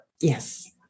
Yes